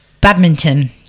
Badminton